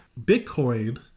Bitcoin